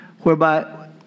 whereby